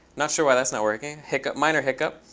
not sure why that's not working, hiccup, minor hiccup.